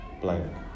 blank